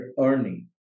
earning